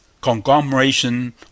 conglomeration